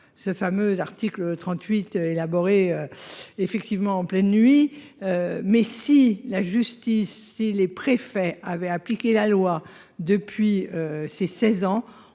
ce fameux article 38 élaborée. Effectivement en pleine nuit. Mais si la justice et les préfets avaient appliqué la loi depuis ses 16 ans,